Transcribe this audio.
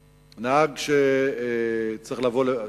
אגב,